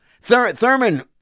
Thurman